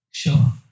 Sure